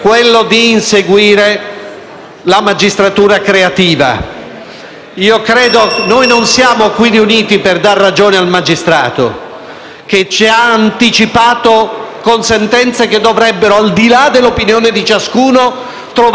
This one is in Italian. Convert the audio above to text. creativa. Noi non siamo qui riuniti per dare ragione al magistrato, che ci ha anticipato con sentenze che dovrebbero, al di là dell'opinione di ciascuno, trovarci uniti nell'affermare il primato del Parlamento e del popolo.